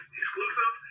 exclusive